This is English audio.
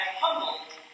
humbled